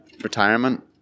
retirement